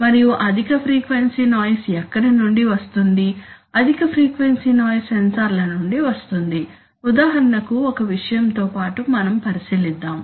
మరియు అధిక frequency noise ఎక్కడ నుండి వస్తుంది అధిక ఫ్రీక్వెన్సీ నాయిస్ సెన్సార్ల నుండి వస్తుంది ఉదాహరణకు ఒక విషయంతో పాటు మనం పరిశీలిద్దాం